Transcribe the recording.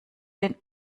den